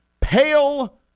pale